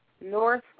North